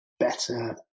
better